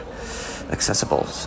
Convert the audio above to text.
accessible